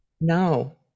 No